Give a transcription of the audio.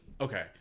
Okay